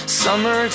summer